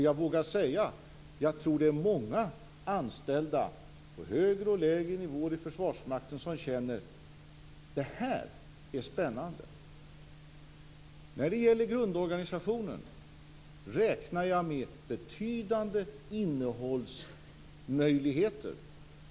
Jag vågar säga att jag tror det är många anställda på högre och lägre nivå i Försvarsmakten som känner: Det här är spännande. När det gäller grundorganisationen räknar jag med betydande innehållsmöjligheter.